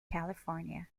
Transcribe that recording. california